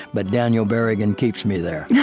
but daniel berrigan keeps me there. yeah